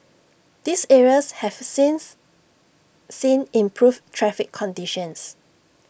these areas have since seen improved traffic conditions